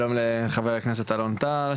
שלום לחבר הכנסת אלון טל,